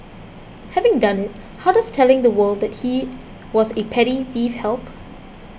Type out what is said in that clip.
having done it how does telling the world that he was a petty thief help